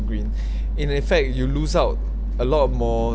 green in effect you lose out a lot more